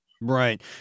Right